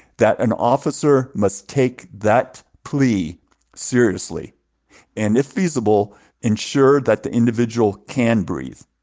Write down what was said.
that an officer must take that plea seriously and if feasible ensure that the individual can breathe.